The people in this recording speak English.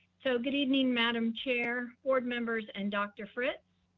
so good evening, madam chair, board members and dr. fritz.